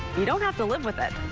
you don't have to live with it.